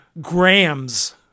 grams